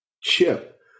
Chip